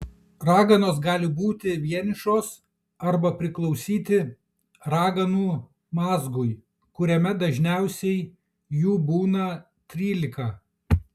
raganos gali būti vienišos arba priklausyti raganų mazgui kuriame dažniausiai jų būna trylika